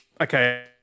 Okay